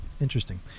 Interesting